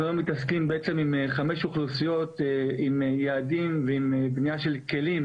אנחנו היום מתעסקים בעצם עם חמש אוכלוסיות עם יעדים ועם בנייה של כלים,